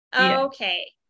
Okay